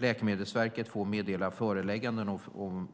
Läkemedelsverket får meddela förelägganden